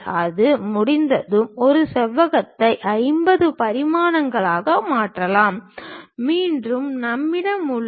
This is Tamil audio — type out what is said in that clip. அது முடிந்ததும் இந்த செவ்வகத்தை 50 பரிமாணங்களாக மாற்றலாம் மீண்டும் நம்மிடம் உள்ளது